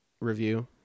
review